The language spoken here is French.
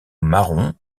marrons